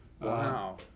Wow